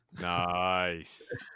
Nice